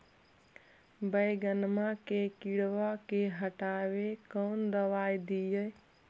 बैगनमा के किड़बा के हटाबे कौन दवाई दीए?